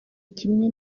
kimwe